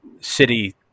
City